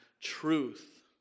truth